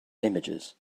images